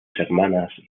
hermanas